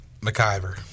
McIver